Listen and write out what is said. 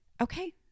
okay